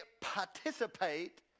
participate